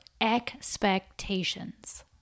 expectations